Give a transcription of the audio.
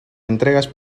entregas